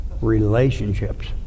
relationships